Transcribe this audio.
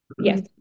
Yes